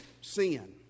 sin